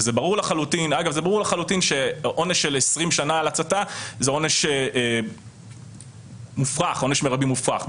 וזה ברור לחלוטין שעונש של 20 שנה על הצתה זה עונש מרבי מופרך,